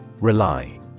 Rely